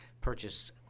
purchase